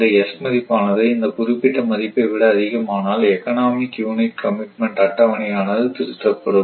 இந்த s மதிப்பானது இந்த குறிப்பிட்ட மதிப்பை விட அதிகமானால் எக்கனாமிக் யூனிட் கமிட்மெண்ட் அட்டவணை ஆனது திருத்தப்படும்